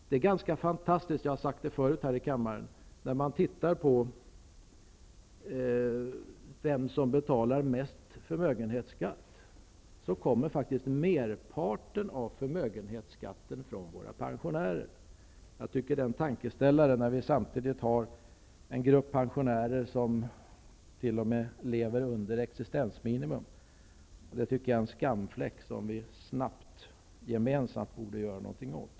Det är ganska fantastiskt -- det har jag sagt förut i riksdagen -- att se vem som betalar mest förmögenhetsskatt. Merparten av förmögenhetsskatten kommer från våra pensionärer. Jag tycker att det är en tankeställare, när vi samtidigt har en grupp pensionärer som t.o.m. lever under existensminimum. Det är en skamfläck som vi snabbt gemesamt borde göra någonting åt.